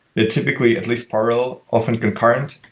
they typically at least parallel, often concurrent.